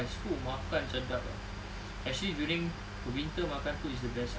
!fuh! makan sedap ah actually during winter makan tu is the best ah